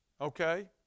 okay